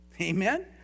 Amen